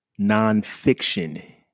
nonfiction